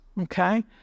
okay